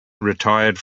retired